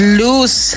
loose